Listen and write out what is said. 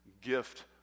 gift